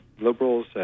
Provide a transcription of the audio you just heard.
liberals